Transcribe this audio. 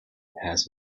has